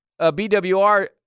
BWR